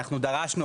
אנחנו דרשנו,